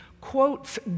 quotes